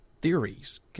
theories